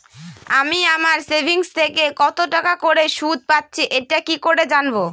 আমি আমার সেভিংস থেকে কতটাকা করে সুদ পাচ্ছি এটা কি করে জানব?